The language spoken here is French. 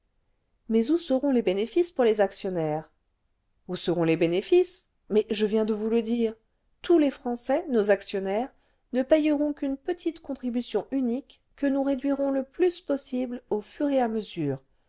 mais où seront les bénéfices pour les actionnaires où seront les bénéfices mais je viens de vous le dire tous les français nos actionnaires ne payeront qu'une petite contribution unique que nous réduirons le plus possible au fur'et à mesure